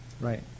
Right